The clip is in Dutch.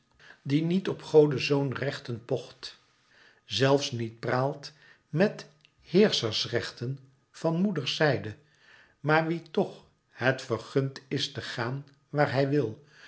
die niet op godezoonrechten pocht zelfs niet praalt met heerschersrechten van moederszijde maar wien toch het vergund is te gaan waar hij wil